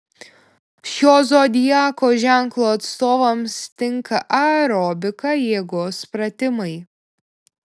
šio zodiako ženklo atstovams tinka aerobika jėgos pratimai